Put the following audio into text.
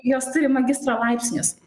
jos turi magistro laipsnius